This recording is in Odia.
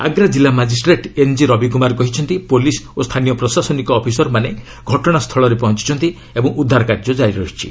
ଆଗ୍ରା ଜିଲ୍ଲ ମାଟ୍ଟିଷ୍ଟ୍ରେଟ୍ ଏନ୍ଜି ରବୀକୁମାର କହିଛନ୍ତି ପୁଲିସ୍ ଓ ସ୍ଥାନୀୟ ପ୍ରଶାସନିକ ଅଫିସରମାନେ ଘଟଣାସୁଳରେ ପହଞ୍ଚୁଛନ୍ତି ଓ ଉଦ୍ଧାର କାର୍ଯ୍ୟ କାର୍ଯ୍ୟ କାରି ରହିଛି